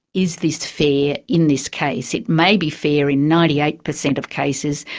is this fair in this case? it may be fair in ninety eight percent of cases,